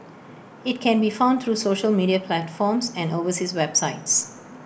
IT can be found through social media platforms and overseas websites